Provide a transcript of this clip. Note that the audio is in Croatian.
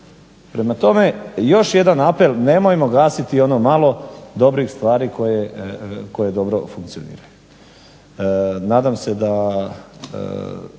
Prema tome, još jedan apel, nemojmo gasiti ono malo dobrih stvari koje dobro funkcioniraju. Nadam se da